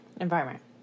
environment